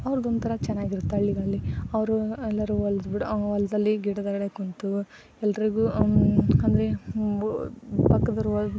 ಅವ್ರದ್ದೊಂಥರ ಚೆನ್ನಾಗಿರುತ್ತೆ ಹಳ್ಳಿಗಳಲ್ಲಿ ಅವರು ಎಲ್ಲರೂ ಹೊಲ್ದ ಬುಡ ಹೊಲದಲ್ಲಿ ಗಿಡದ ಕಡೆ ಕೂತು ಎಲ್ಲರಿಗೂ ಅಂದರೆ ಬು ಪಕ್ಕದೋರು ಹೊಲ